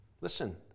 Listen